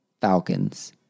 Falcons